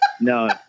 No